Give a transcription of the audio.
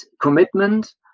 commitment